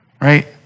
right